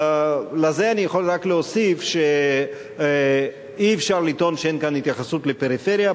לזה אני יכול רק להוסיף שאי-אפשר לטעון שאין כאן התייחסות לפריפריה.